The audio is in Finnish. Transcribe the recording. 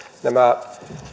nämä